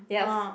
yes